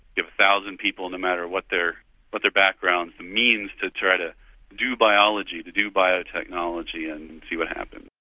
give a thousand people, no matter what their but their backgrounds, the means to try to do biology, to do biotechnology, and see what happens.